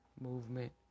movement